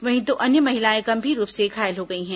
वहीं दो अन्य महिलाएं गंभीर रूप से घायल हो गई हैं